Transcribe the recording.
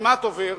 כמעט עובר,